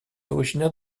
originaire